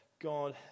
God